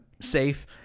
safe